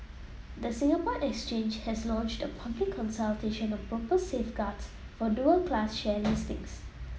the Singapore Exchange has launched a public consultation on proposed safeguards for dual class share listings